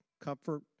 comfort